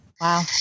Wow